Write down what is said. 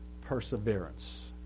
perseverance